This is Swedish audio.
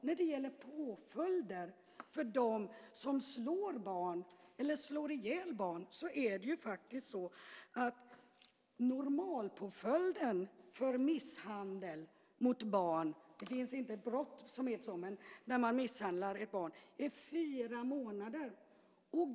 När det gäller påföljder för dem som slår barn eller slår ihjäl barn är normalpåföljden för misshandel mot barn - det finns inget brott som heter så - fyra månader.